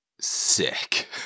sick